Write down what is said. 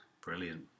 Brilliant